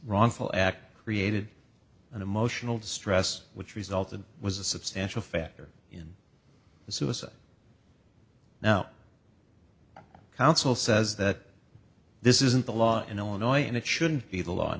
wrongful act created an emotional distress which resulted was a substantial factor in the suicide now counsel says that this isn't the law in illinois and it shouldn't be the law in